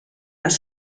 das